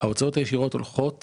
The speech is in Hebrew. ההוצאות הישירות הולכות